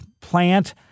plant